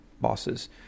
bosses